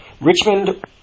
Richmond